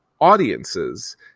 audiences